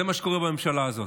זה מה שקורה בממשלה הזאת,